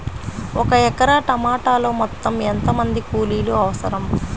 ఒక ఎకరా టమాటలో మొత్తం ఎంత మంది కూలీలు అవసరం?